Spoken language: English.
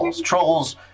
Trolls